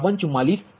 9986 j0